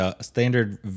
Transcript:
standard